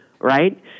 right